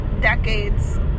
decades